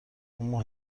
اما